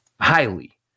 highly